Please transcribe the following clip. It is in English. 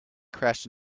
crashed